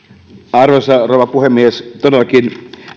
arvoisa rouva puhemies todellakin